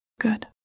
Good